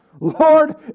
Lord